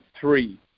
three